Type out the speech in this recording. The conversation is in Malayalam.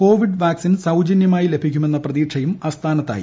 കോവിഡ് വാക്സിൻ സൌജന്യമായി ലഭിക്കുമെന്ന പ്രതീക്ഷയും അസ്ഥാനത്തായി